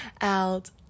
out